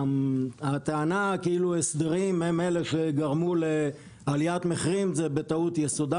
הטענה כאילו הסדרים הם אלו שגרמו לעליית מחירים היא בטעות יסודה.